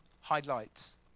highlights